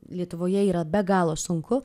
lietuvoje yra be galo sunku